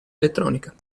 elettronica